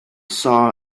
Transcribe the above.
saw